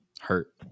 hurt